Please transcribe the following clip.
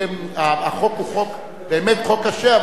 החוק הוא באמת חוק קשה,